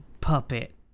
puppet